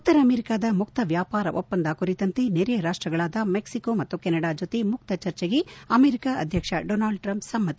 ಉತ್ತರ ಅಮೆರಿಕಾದ ಮುಕ್ತ ವ್ಯಾಪಾರ ಒಪ್ಪಂದ ಕುರಿತಂತೆ ನೆರಯ ರಾಷ್ಸಗಳಾದ ಮೆಕ್ಕಿಕೋ ಮತ್ತು ಕೆನಡಾ ಜೊತೆ ಮುಕ್ತ ಚರ್ಚೆಗೆ ಅಮೆರಿಕಾ ಅಧ್ಲಕ್ಷ ಡೋನಾಲ್ಡ್ ಟ್ರಂಪ್ ಸಮ್ಮತಿ